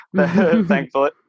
thankfully